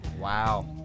Wow